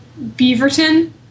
Beaverton